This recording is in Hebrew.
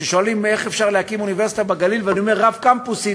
כששואלים איך אפשר להקים אוניברסיטה בגליל ואני אומר: רב-קמפוסית,